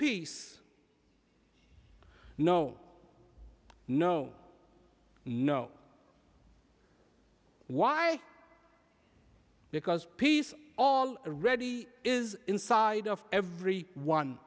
peace no no no why because peace all ready is inside of every one